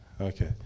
Okay